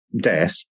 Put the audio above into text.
death